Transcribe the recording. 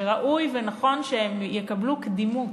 וראוי ונכון שהם יקבלו קדימות.